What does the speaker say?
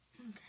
Okay